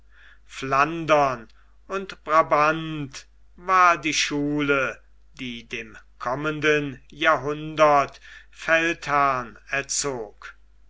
flandern und brabant war die schule die dem kommenden jahrhundert feldherren erzog